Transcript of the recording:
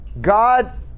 God